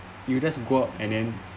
you just go out and then